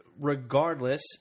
regardless